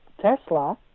Tesla